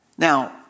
Now